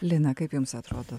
lina kaip jums atrodo